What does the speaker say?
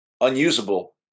unusable